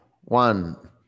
one